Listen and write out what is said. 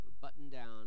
button-down